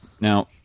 now